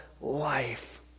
life